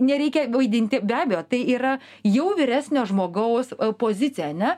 nereikia vaidinti be abejo tai yra jau vyresnio žmogaus pozicija ane